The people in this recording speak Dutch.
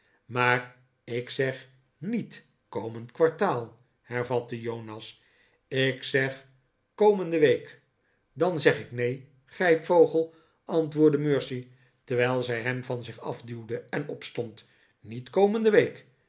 maar ik zeg niet komend kwartaal hervatte jonas ik zeg komende week dan zeg ik neen grijpvogel antwoordde mercy terwijl zij hem van zich afduwde en opstond niet komende week